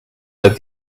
that